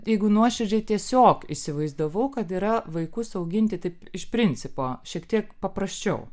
jeigu nuoširdžiai tiesiog įsivaizdavau kad yra vaikus auginti taip iš principo šiek tiek paprasčiau